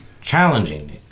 challenging